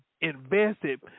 invested